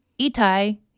Itai